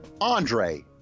Andre